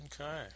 Okay